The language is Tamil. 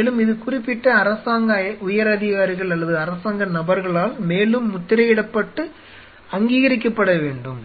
மேலும் இது குறிப்பிட்ட அரசாங்க உயரதிகாரிகள் அல்லது அரசாங்க நபர்களால் மேலும் முத்திரையிடப்பட்டு அங்கீகரிக்கப்பட வேண்டும்